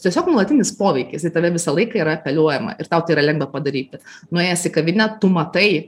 tiesiog nuolatinis poveikis į tave visą laiką yra apeliuojama ir tau tai yra lengva padaryti nuėjęs į kavinę tu matai